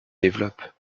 développe